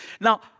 Now